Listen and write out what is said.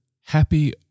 Happy